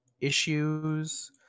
issues